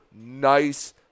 nice